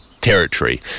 territory